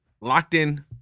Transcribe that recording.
locked-in